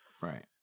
Right